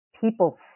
people